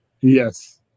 Yes